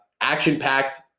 action-packed